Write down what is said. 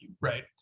right